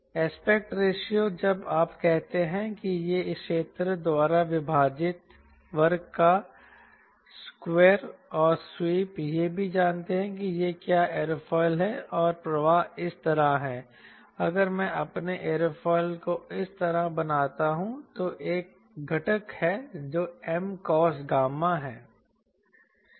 aspect ratio जब आप कहते हैं कि यह क्षेत्र द्वारा विभाजित वर्ग का स्क्वेयर और स्वीप यह भी जानते हैं कि क्या यह एयरोफिल है और प्रवाह इस तरह है अगर मैं अपने एयरोफिल को इस तरह बनाता हूं तो एक घटक है जो 𝑀𝑐𝑜𝑠𝛬 है